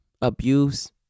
Abuse